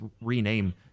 rename